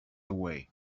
away